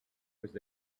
was